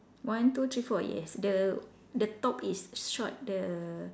one two three four yes the the top is short the